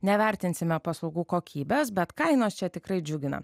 nevertinsime paslaugų kokybės bet kainos čia tikrai džiugina